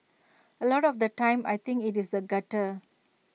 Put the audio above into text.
A lot of the time I think IT is the gutter